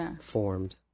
Formed